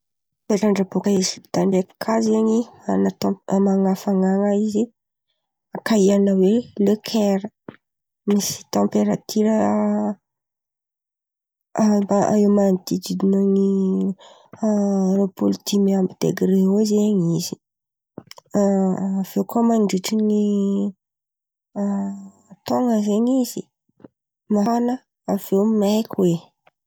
Toetrandra bôka Ezipta ndraiky kà zen̈y manana tamp- manana hafan̈ana izy kaiana hoe le Kaira. Misy tamperatiora aba- manodidina ny roapolo dimy amby degre eo zen̈y izy. A aviô kà mandritry ny a taona zen̈y izy mafana avy eo maiky oe.